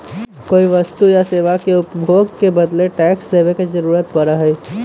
कोई वस्तु या सेवा के उपभोग के बदले टैक्स देवे के जरुरत पड़ा हई